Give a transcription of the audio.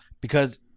Because-